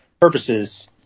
purposes